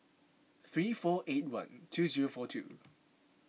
three four eight one two zero four two